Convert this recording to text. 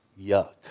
yuck